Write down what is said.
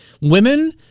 Women